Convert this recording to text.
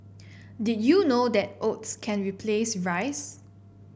did you know that oats can replace rice